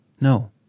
No